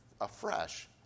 afresh